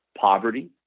poverty